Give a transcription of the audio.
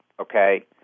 okay